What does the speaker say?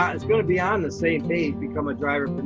ah it's gonna be on the same page, become a driverpreneur,